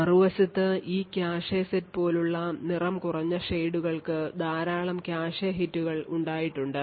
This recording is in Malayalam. മറുവശത്ത് ഈ കാഷെ സെറ്റ് പോലുള്ള നിറം കുറഞ്ഞ ഷേഡുകൾക്ക് ധാരാളം കാഷെ ഹിറ്റുകൾ ഉണ്ടായിട്ടുണ്ട്